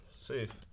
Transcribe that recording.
Safe